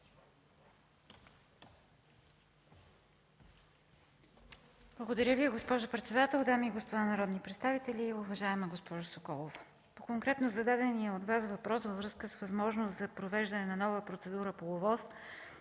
Благодаря Ви, госпожо председател. Дами и господа народни представители! Уважаема госпожо Соколова, по конкретно зададения от Вас въпрос във връзка с възможност за провеждане на нова процедура по ОВОС